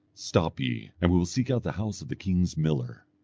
stop ye, and we will seek out the house of the king's miller.